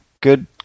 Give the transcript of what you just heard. Good